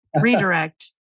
redirect